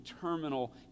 terminal